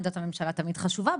עמדת הממשלה תמיד חשובה,